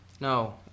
No